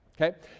okay